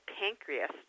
pancreas